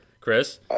Chris